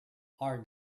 our